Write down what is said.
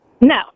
No